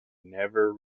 never